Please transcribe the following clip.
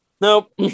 Nope